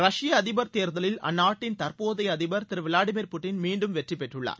ரஷ்பா அதிபர் அதேர்தலில் அந்நாட்டின் தற்போதைய அதிபர் திரு விளாடிமீர் புட்டின் மீண்டும் வெற்றி பெற்றுள்ளார்